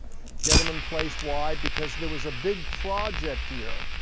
get them in place, why? because there was a big project here.